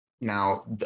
Now